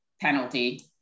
penalty